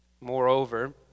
Moreover